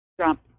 Trump